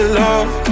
love